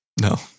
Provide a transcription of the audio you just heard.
No